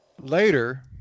later